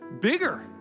bigger